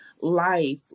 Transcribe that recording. life